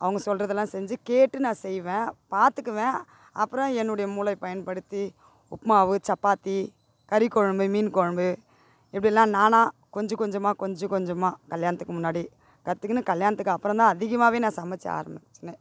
அவங்க சொல்கிறதெல்லாம் செஞ்சு கேட்டு நான் செய்வேன் பார்த்துக்குவேன் அப்புறம் என்னுடைய மூளை பயன்படுத்தி உப்புமாவு சப்பாத்தி கறி குழம்பு மீன் குழம்பு இப்படிலாம் நானாக கொஞ்ச கொஞ்சமாக கொஞ்ச கொஞ்சமாக கல்யாணத்துக்கு முன்னாடியே கத்துக்கின்னு கல்யாணத்துக்கு அப்புறந்தான் அதிகமாகவே நான் சமைத்த ஆரம்மிச்சனே